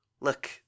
Look